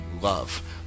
Love